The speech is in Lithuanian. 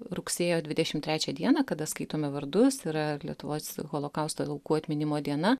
rugsėjo dvidešimt trečią dieną kada skaitome vardus yra lietuvos holokausto aukų atminimo diena